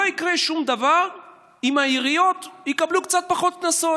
לא יקרה שום דבר אם העיריות יקבלו קצת פחות קנסות.